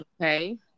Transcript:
Okay